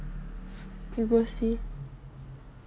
you go see